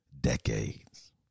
decades